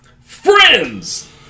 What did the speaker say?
Friends